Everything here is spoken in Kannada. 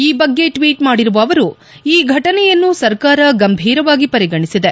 ಈ ಬಗ್ಗೆ ಟ್ವೀಟ್ ಮಾಡಿರುವ ಅವರು ಈ ಘಟನೆಯನ್ನು ಸರ್ಕಾರ ಗಂಭೀರವಾಗಿ ಪರಿಗಣಿಸಿದೆ